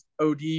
OD